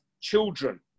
children